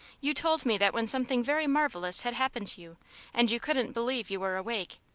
you told me that when something very marvellous had happened to you and you couldn't believe you were awake,